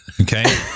okay